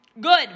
Good